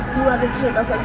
other tables here.